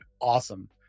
awesome